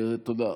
תודה.